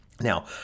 Now